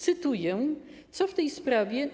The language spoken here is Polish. Cytuję, co w tej sprawie